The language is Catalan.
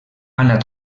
anat